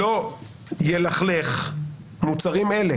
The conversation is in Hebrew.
"ולא ילכלך מוצרים אלה".